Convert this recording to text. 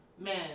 man